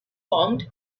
formed